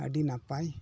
ᱟᱹᱰᱤ ᱱᱟᱯᱟᱭ